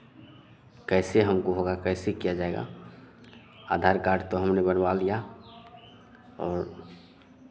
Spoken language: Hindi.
कैसे हमको होगा कैसे किया जाएगा आधार कार्ड तो हमने बनवा लिया और